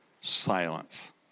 Silence